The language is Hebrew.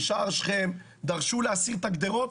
בשער שכם דרשו להסיר את הגדרות,